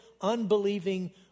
unbelieving